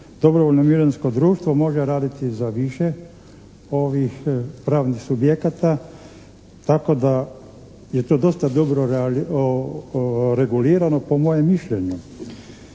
dobrovoljno mirovinsko društvo može raditi za više ovih pravnih subjekata tako da je to dosta dobro regulirano po mojem mišljenju.